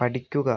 പഠിക്കുക